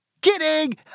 Kidding